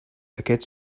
aquest